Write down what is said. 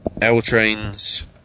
L-Train's